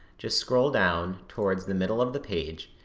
just scroll down towards the middle of the page,